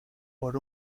por